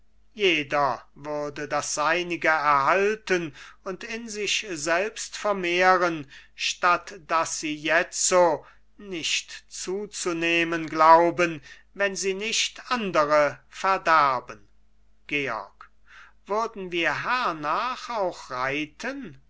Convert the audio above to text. jeder würde das seinige erhalten und in sich selbst vermehren statt daß sie jetzo nicht zuzunehmen glauben wenn sie nicht andere verderben georg würden wir hernach auch reiten